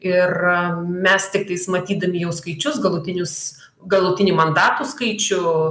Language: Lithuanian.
ir mes tiktais matydami jau skaičius galutinius galutinį mandatų skaičių